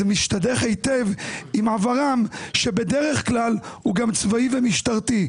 משתדך היטב עם עברם שבדרך כלל הוא גם צבאי ומשטרתי.